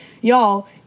y'all